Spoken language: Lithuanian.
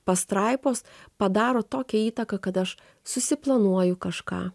pastraipos padaro tokią įtaką kad aš susiplanuoju kažką